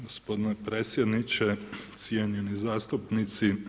Gospodine predsjedniče, cijenjeni zastupnici.